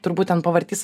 turbūt ten pavartys